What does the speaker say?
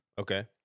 Okay